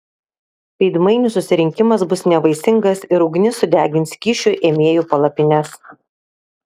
veidmainių susirinkimas bus nevaisingas ir ugnis sudegins kyšių ėmėjų palapines